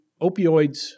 opioids